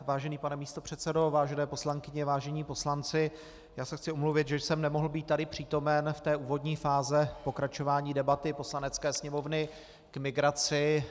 Vážený pane místopředsedo, vážené poslankyně, vážení poslanci, chci se omluvit, že jsem nemohl být tady přítomen úvodní fáze pokračování debaty Poslanecké sněmovny k migraci.